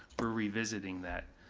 we're revisiting that.